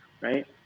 right